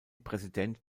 präsident